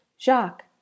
Jacques